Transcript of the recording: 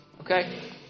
Okay